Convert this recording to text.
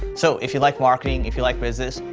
so, if you like marketing, if you like business,